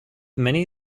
many